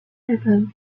日本